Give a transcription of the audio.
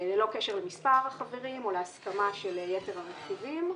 ללא קשר למספר החברים או להסכמה של יתר הרכיבים.